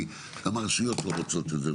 כי גם הרשויות לא רוצות את זה.